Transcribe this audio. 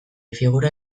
figura